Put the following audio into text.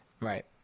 Right